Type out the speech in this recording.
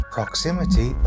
Proximity